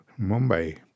Mumbai